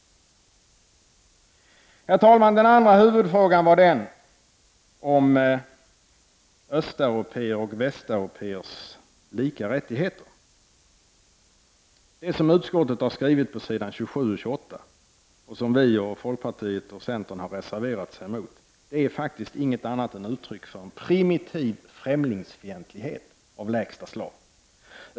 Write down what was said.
Herr talman! Den andra huvudfrågan gällde östeuropéers och västeuropéers lika rättigheter. Det som utskottsmajoriteten har skrivit på s. 27 och 28 i betänkandet, och som miljöpartiet, folkpartiet och centern har reserverat sig emot, är faktiskt inget annat än ett uttryck för en primitiv främlingsfientlighet av lägsta slag.